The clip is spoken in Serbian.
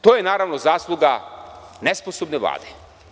To je naravno zasluga nesposobne Vlade.